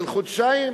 של חודשיים,